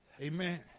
Amen